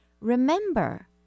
remember